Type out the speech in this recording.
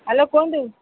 hello କୁହନ୍ତୁ